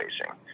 facing